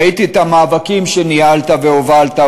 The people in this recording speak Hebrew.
ראיתי את המאבקים שניהלת והובלת,